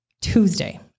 Tuesday